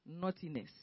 naughtiness